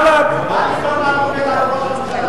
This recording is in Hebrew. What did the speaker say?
מה ליברמן אומר על ראש הממשלה?